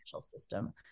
system